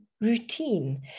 routine